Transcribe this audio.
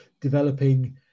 developing